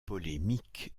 polémiques